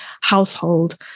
household